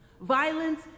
Violence